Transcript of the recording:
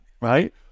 right